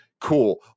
cool